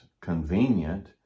convenient